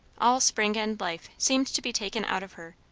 all spring and life seemed to be taken out of her,